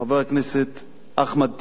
חבר הכנסת אחמד טיבי,